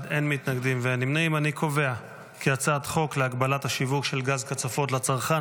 אני קובע כי הצעת חוק להגבלת השיווק של גז קצפות לצרכן,